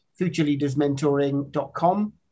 futureleadersmentoring.com